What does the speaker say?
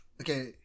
Okay